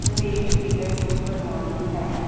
rail ticket book ਕਰਵਾਉਣੀ ਹੈ